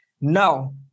Now